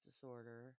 disorder